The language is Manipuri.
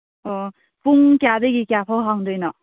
ꯑꯣ ꯄꯨꯡ ꯀꯌꯥꯗꯒꯤ ꯀꯌꯥ ꯐꯥꯎ ꯍꯥꯡꯗꯣꯏꯅꯣ